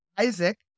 Isaac